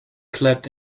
clapped